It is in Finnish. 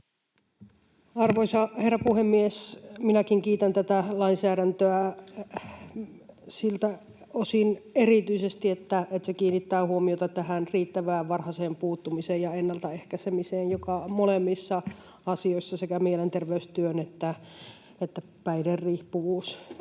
Arvoisa herra puhemies! Minäkin kiitän tätä lainsäädäntöä, erityisesti siltä osin, että se kiinnittää huomiota riittävään varhaiseen puuttumiseen ja ennalta ehkäisemiseen, joka molemmissa asioissa, sekä mielenterveystyön että päihderiippuvuustyön